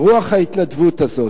רוח ההתנדבות הזאת,